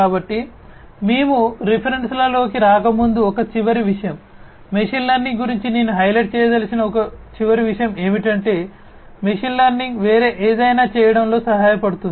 కాబట్టి మేము రిఫరెన్స్లలోకి రాకముందు ఒక చివరి విషయం మెషీన్ లెర్నింగ్ గురించి నేను హైలైట్ చేయదలిచిన ఒక చివరి విషయం ఏమిటంటే మెషీన్ లెర్నింగ్ వేరే ఏదైనా చేయడంలో సహాయపడుతుంది